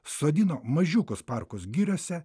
sodino mažiukus parkus giriose